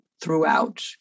throughout